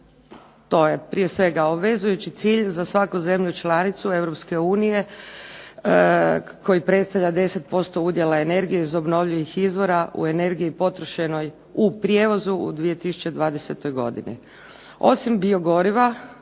to je prije svega obvezujući cilj za svaku zemlju članicu EU koji predstavlja 10% udjela energije iz obnovljivih izvora u energiji potrošenoj u prijevozu u 2020. godini. Osim biogoriva